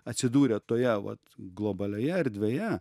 atsidūrę toje vat globalioje erdvėje